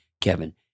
Kevin